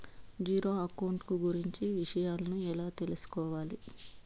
Zero account కు గురించి విషయాలను ఎలా తెలుసుకోవాలి?